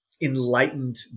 enlightened